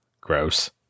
Gross